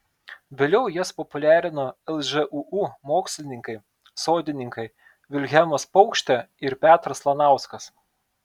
vėliau jas populiarino lžūu mokslininkai sodininkai vilhelmas paukštė ir petras lanauskas